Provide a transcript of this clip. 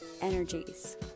energies